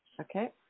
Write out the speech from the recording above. Okay